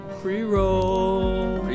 Pre-roll